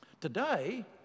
Today